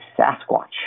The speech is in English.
Sasquatch